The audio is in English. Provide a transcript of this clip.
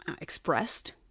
Expressed